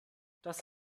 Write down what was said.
das